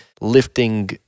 lifting